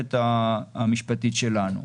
והמערכת המשפטית שלנו.